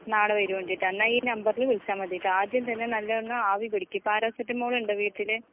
നാളെ വരാൻവേണ്ടി ട്ടോ എന്നാൽ ഈ നമ്പറില് വിളിച്ചാൽ മതി കേട്ടോ ആദ്യം തന്നെ ഒന്ന് നല്ലോണം ആവി പിടിക്ക് പരസിറ്റാമോളുണ്ടോ വീട്ടില്